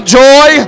joy